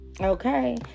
Okay